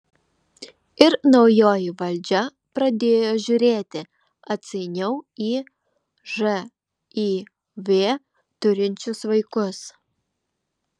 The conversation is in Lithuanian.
ir naujoji valdžia pradėjo žiūrėti atsainiau į živ turinčius vaikus